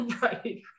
right